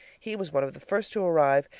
he was one of the first to arrive,